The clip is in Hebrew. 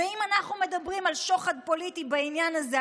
ואם אנחנו מדברים על שוחד פוליטי בעניין הזה,